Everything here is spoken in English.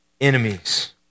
enemies